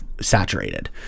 Saturated